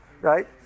right